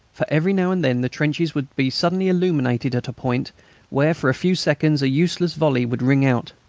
for every now and then the trenches would be suddenly illuminated at a point where for a few seconds a useless volley would ring out.